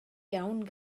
iawn